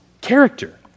Character